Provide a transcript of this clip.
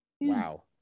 Wow